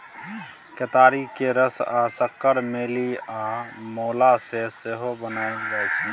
केतारी केर रस सँ सक्कर, मेली आ मोलासेस सेहो बनाएल जाइ छै